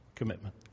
commitment